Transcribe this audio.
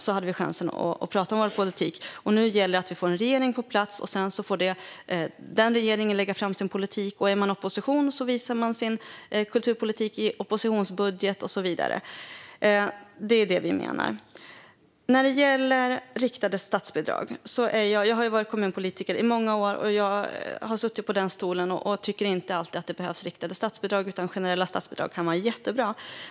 Då hade vi chansen att prata om vår politik. Nu gäller det att vi får en regering på plats. Sedan får den regeringen lägga fram sin politik, och är man i opposition visar man sin kulturpolitik i en oppositionsbudget och så vidare. Det är det vi menar. Sedan gäller det riktade statsbidrag. Jag har varit kommunpolitiker i många år. Jag har suttit på den stolen och tycker inte alltid att det behövs riktade statsbidrag. Generella statsbidrag kan vara jättebra.